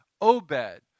Obed